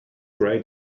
gray